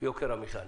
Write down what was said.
יוקר המחיה.